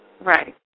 Right